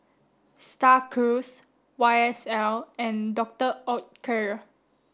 Star Cruise Y S L and Doctor Oetker